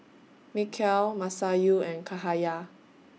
Mikhail Masayu and Cahaya